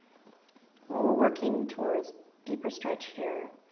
or we're working towards deeper stretch here.